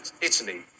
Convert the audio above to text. Italy